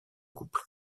couple